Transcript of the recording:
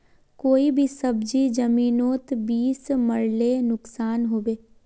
कोई भी सब्जी जमिनोत बीस मरले नुकसान होबे?